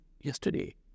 yesterday